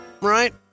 Right